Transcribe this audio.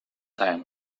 time